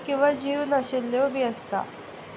किंवां जीव नाशिल्ल्योय बी आसता